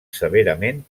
severament